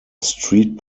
street